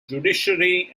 judiciary